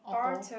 auto